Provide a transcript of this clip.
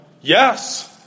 Yes